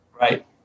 Right